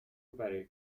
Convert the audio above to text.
برای